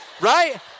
right